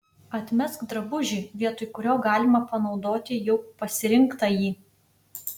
atmesk drabužį vietoj kurio galima panaudoti jau pasirinktąjį